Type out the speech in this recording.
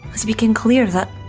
as it became clear that,